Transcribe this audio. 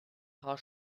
paar